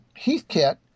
Heathkit